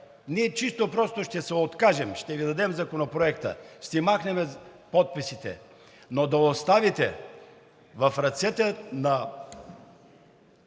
ние чисто и просто ще се откажем, ще Ви дадем Законопроекта, ще махнем подписите, но да оставите в ръцете на